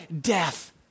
death